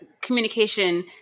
communication